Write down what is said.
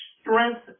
Strength